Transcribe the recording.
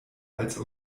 als